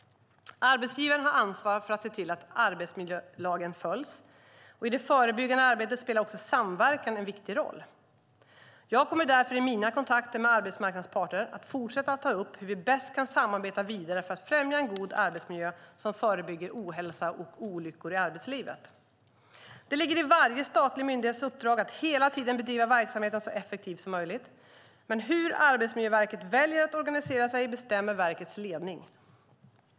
Arbetsgivaren har ansvar för att se till att arbetsmiljölagen följs. I det förebyggande arbetet spelar också samverkan en viktig roll. Jag kommer därför i mina kontakter med arbetsmarknadens parter att fortsätta ta upp hur vi bäst kan samarbeta vidare för att främja en god arbetsmiljö som förebygger ohälsa och olyckor i arbetslivet. Det ligger i varje statlig myndighets uppdrag att hela tiden bedriva verksamheten så effektivt som möjligt. Men hur Arbetsmiljöverket väljer att organisera sig bestämmer verkets ledning.